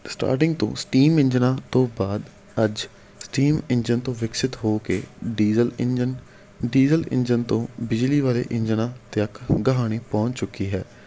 starting ਤੋਂ steam ਇੰਜਨਾਂ ਤੋਂ ਬਾਅਦ ਅੱਜ ਸਟੀਮ ਇੰਜਨ ਤੋਂ ਵਿਕਸਿਤ ਹੋ ਕੇ ਡੀਜ਼ਲ ਇੰਜਨ ਡੀਜਲ ਇੰਜਨ ਤੋਂ ਬਿਜਲੀ ਵਾਲੇ ਇੰਜਨ 'ਤੇ ਅੱਕ ਕਹਾਣੀ ਪਹੁੰਚ ਚੁੱਕੀ ਹੈ